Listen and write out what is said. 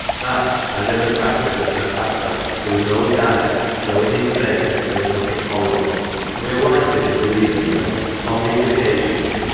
that, as in the practice of their pastor, there was no guile, so in his faith there was nothing hollow and we are warranted in believing that, upon these occasions,